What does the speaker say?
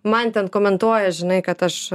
man ten komentuoja žinai kad aš